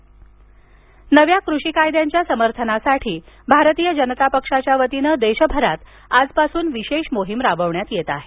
कृषी कायदे समर्थन नव्या कृषी कायद्यांच्या समर्थनासाठी भारतीय जनता पक्षाच्या वतीनं देशभरात आजपासून विशेष मोहीम राबवण्यात येत आहे